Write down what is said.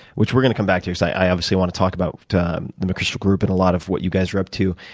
which we're going to come back to. i obviously want to talk about the mcchrystal group and a lot of what you guys are up to.